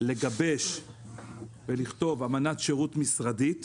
לגבש ולכתוב אמנת שירות משרדית,